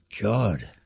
God